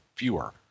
fewer